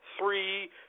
three